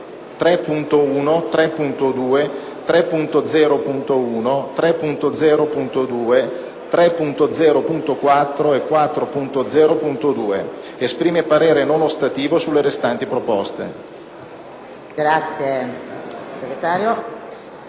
3.1, 3.2, 3.0.1, 3.0.2, 3.0.4 e 4.0.2. Esprime parere non ostativo sulle restanti proposte».